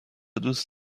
دوست